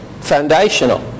foundational